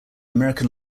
american